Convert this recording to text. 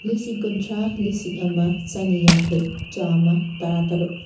ꯂꯤꯁꯤꯡ ꯀꯨꯟꯊ꯭ꯔꯥ ꯂꯤꯁꯤꯡ ꯑꯃ ꯆꯅꯤ ꯌꯥꯡꯈꯩ ꯆꯥꯝꯃ ꯇꯔꯥꯇꯔꯨꯛ